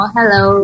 Hello